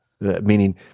Meaning